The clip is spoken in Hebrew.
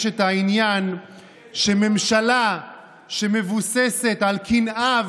את העניין שממשלה שמבוססת על קנאה,